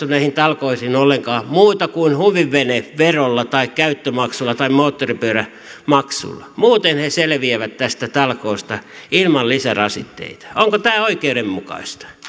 osallistu näihin talkoisiin ollenkaan muuta kuin huviveneverolla tai käyttömaksulla tai moottoripyörämaksulla muuten he selviävät tästä talkoosta ilman lisärasitteita onko tämä oikeudenmukaista